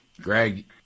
Greg